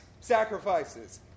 sacrifices